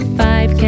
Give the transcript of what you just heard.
five